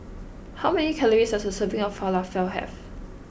how many calories does a serving of Falafel have